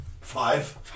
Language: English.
Five